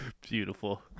Beautiful